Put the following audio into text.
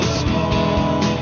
small